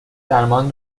درمان